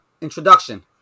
Introduction